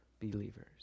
believers